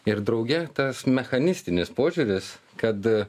ir drauge tas mechanistinis požiūris kad